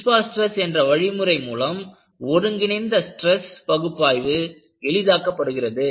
principal stress என்ற வழிமுறை மூலம் ஒருங்கிணைந்த ஸ்ட்ரெஸ் பகுப்பாய்வு எளிதாக்கப்படுகிறது